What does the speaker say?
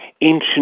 ancient